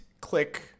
click